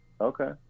Okay